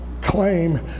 claim